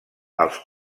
els